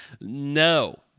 no